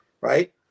right